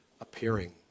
appearing